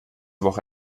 woche